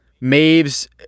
Maeve's